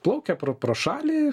plaukia pro pro šalį